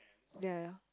ya ya